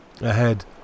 Ahead